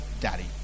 Daddy